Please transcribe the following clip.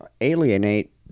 alienate